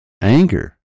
anger